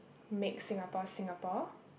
make Singapore Singapore